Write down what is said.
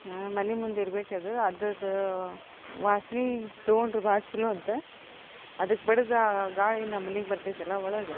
ಮನೆ ಮುಂದಿರಬೇಕದು ಅದ್ರದ್ದು ವಾಸನೆ ತೊಗೊಂಡ್ರೆ ಭಾಳ ಛಲೋ ಅಂತ ಅದಕ್ಕೆ ಬಡಿದ ಆ ಗಾಳಿ ನಮ್ಮ ಮನೆಗ್ ಬರ್ತೈತಲ್ಲ ಒಳಗೆ